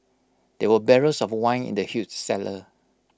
there were barrels of wine in the huge cellar